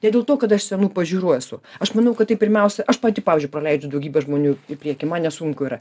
ne dėl to kad aš senų pažiūrų esu aš manau kad tai pirmiausia aš pati pavyzdžiui praleidžiu daugybę žmonių į priekį man nesunku yra